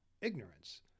ignorance